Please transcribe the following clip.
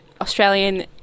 Australian